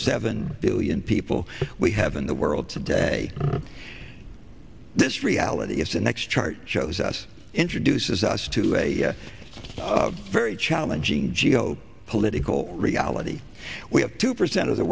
seven billion people we have in the world today this reality is the next chart shows us introduces us to a very challenging geo political reality we have two percent of the